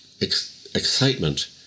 excitement